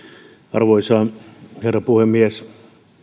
arvoisa herra puhemies